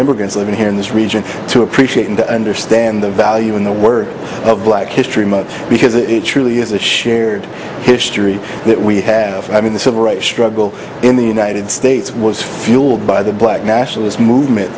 immigrants living here in this region to appreciate and to understand the value in the word of black history month because it truly is a shared history that we have i mean the civil rights struggle in the united states was fueled by the black nationalist movement